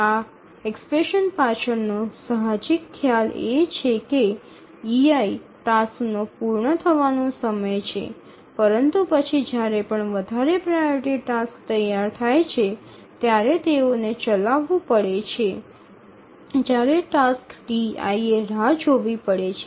આ એક્સપ્રેશન પાછળનો સાહજિક ખ્યાલ એ છે કે ei ટાસ્ક નો પૂર્ણ થવાનો સમય છે પરંતુ પછી જ્યારે પણ વધારે પ્રાઓરિટી ટાસક્સ તૈયાર થાય છે ત્યારે તેઓએ ચલાવવું પડે છે જ્યારે ટાસ્ક Ti એ રાહ જોવી પડે છે